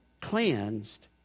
cleansed